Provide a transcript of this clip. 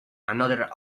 another